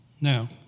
Now